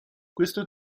questo